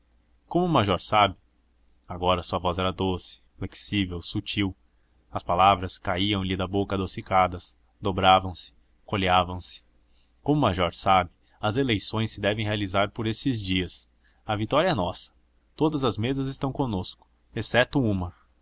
o major sabe agora a sua voz era doce flexível sutil as palavras caíam-lhe da boca adocicadas dobravam se coleavam se como o major sabe as eleições se devem realizar por estes dias a vitória é nossa todas as mesas estão conosco exceto uma